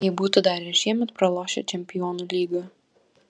jei būtų dar ir šiemet pralošę čempionų lygą